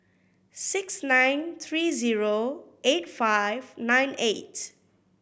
six nine three zero eight five nine eight